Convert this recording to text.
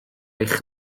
eich